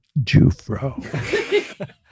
Jufro